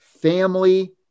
family